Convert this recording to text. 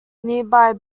nearby